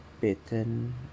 bitten